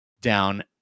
down